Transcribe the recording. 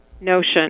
notion